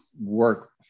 work